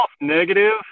negative